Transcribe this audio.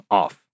off